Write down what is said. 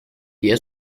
diye